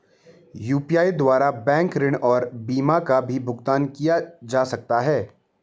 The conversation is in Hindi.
यु.पी.आई द्वारा बैंक ऋण और बीमा का भी भुगतान किया जा सकता है?